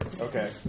Okay